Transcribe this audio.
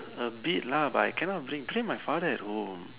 a bit lah but I cannot bring today my father at home